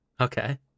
Okay